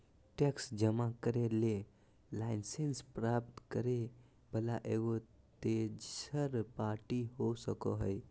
tax जमा करे ले लाइसेंस प्राप्त करे वला एगो तेसर पार्टी हो सको हइ